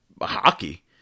hockey